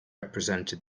resented